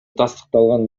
тастыкталган